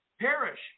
perish